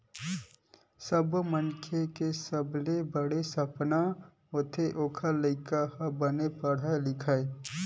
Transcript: सब्बो मनखे के सबले बड़का सपना होथे ओखर लइका ह बने पड़हय लिखय